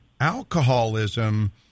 alcoholism